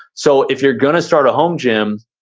so if you're gonna start a home gym,